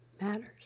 matters